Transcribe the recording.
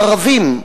הערבים,